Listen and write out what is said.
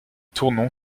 tournon